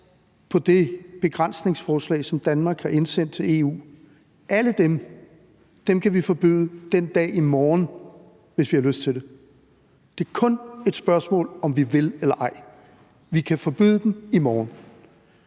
på det begrænsningsforslag, som Danmark har indsendt til EU, kan vi forbyde den dag i morgen, hvis vi har lyst til det. Det er kun et spørgsmål om, om vi vil eller ej. Vi kan forbyde dem i morgen.